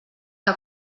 que